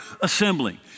assembling